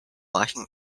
washing